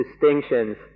distinctions